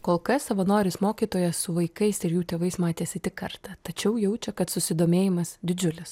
kol kas savanoris mokytojas su vaikais ir jų tėvais matėsi tik kartą tačiau jaučia kad susidomėjimas didžiulis